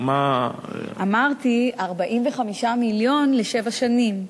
אמרתי 45 מיליון לשבע שנים.